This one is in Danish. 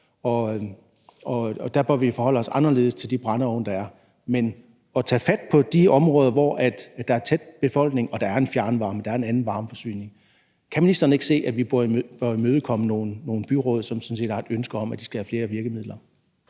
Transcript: og der bør vi forholde os anderledes til de brændeovne, der er. Men i forhold til at tage fat på de områder, hvor der er tæt befolkning og der er en fjernvarme, der er en anden varmeforsyning, kan ministeren så ikke se, at vi bør imødekomme nogle byråd, som sådan set har et ønske om, at de skal have flere virkemidler?